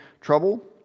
trouble